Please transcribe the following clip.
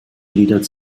gliedert